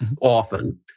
often